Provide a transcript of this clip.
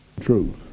truth